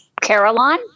Caroline